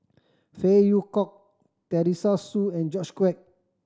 Phey Yew Kok Teresa Hsu and George Quek